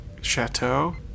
chateau